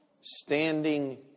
standing